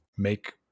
make